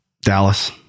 Dallas